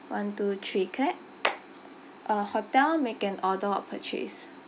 one two three clap uh hotel make an order or purchase